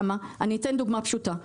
אני אתן דוגמה פשוטה,